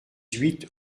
huit